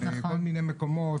בכל מיני מקומות.